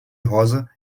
rosa